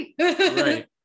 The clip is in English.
Right